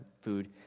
food